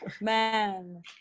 man